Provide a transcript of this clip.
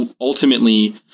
ultimately